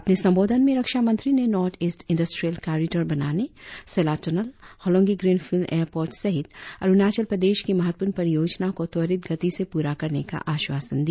अपने संबोधन में रक्षामंत्री ने नॉर्थ ईस्ट इंडस्ट्रियल कॉरिडोर बनाने Sela tunnel Hollongi greenfield airport सहित अरुणाचल प्रदेश की महत्वपूर्ण परियोजनाओं को त्वरित गति से पूरा करने का आश्वासन दिया